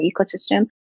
ecosystem